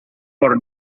por